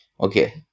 Okay